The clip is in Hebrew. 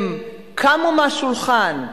הם קמו מהשולחן.